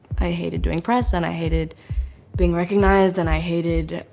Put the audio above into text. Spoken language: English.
i hated doing press and i hated being recognized and i hated